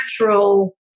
natural